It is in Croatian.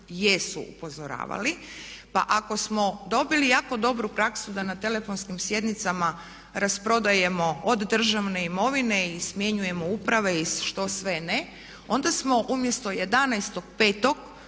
pa ako smo dobili jako dobru praksu da na telefonskim sjednicama rasprodajemo od državne imovine i smjenjujemo uprave i što sve ne onda smo umjesto 11.5.